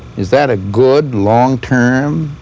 is that a good, long-term